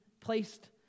placed